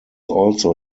also